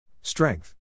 Strength